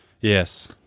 yes